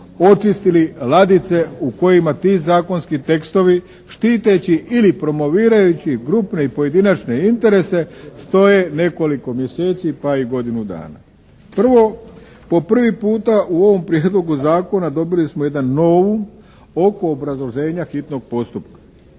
očistili ladice u kojima ti zakonski tekstovi štiteći ili promovirajući grupne i pojedinačne interese stoje nekoliko mjeseci pa i godinu dana. Prvo po prvi puta u ovom Prijedlogu zakona dobili smo jedan novum oko obrazloženja hitnog postupka